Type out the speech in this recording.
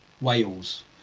Wales